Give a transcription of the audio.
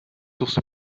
source